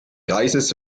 kreises